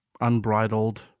unbridled